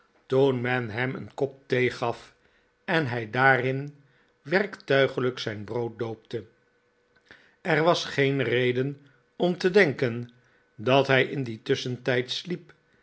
tpen men hem een kop thee gaf en hij daarin werktuiglijk zijn brood doopte er was geen reden om te denken dat hij in dien tusschentijd sliep